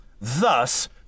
Thus